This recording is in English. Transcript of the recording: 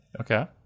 Okay